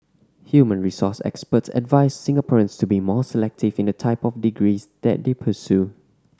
human resource experts advised Singaporeans to be more selective in the type of degrees that they pursue